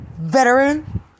veteran